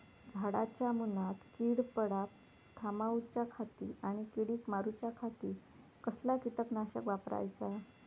झाडांच्या मूनात कीड पडाप थामाउच्या खाती आणि किडीक मारूच्याखाती कसला किटकनाशक वापराचा?